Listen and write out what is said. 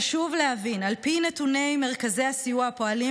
חשוב להבין: על פי נתוני מרכזי הסיוע הפועלים